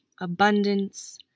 abundance